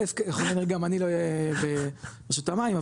א' יכול להיות שגם אני לא אהיה ברשות המים,